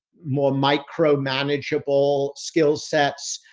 more micro, manageable skillsets.